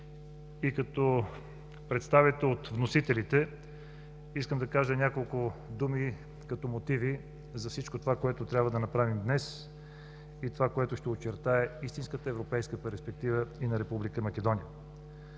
Като представител от вносителите искам да кажа няколко думи като мотиви за всичко, което трябва да направим днес и това, което ще очертае истинската европейска перспектива и на Република Македония.